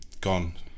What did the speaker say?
Gone